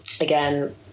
again